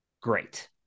great